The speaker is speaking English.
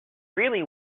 really